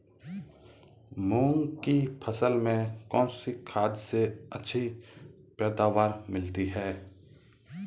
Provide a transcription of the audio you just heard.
मूंग की फसल में कौनसी खाद से अच्छी पैदावार मिलती है?